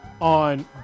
on